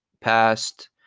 past